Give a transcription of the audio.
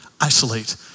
isolate